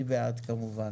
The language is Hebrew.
אני בעד כמובן.